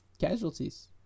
casualties